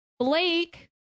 Blake